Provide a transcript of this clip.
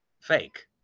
fake